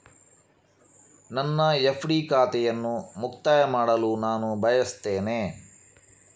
ನನ್ನ ಎಫ್.ಡಿ ಖಾತೆಯನ್ನು ಮುಕ್ತಾಯ ಮಾಡಲು ನಾನು ಬಯಸ್ತೆನೆ